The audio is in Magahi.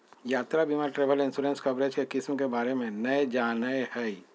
यात्रा बीमा ट्रैवल इंश्योरेंस कवरेज के किस्म के बारे में नय जानय हइ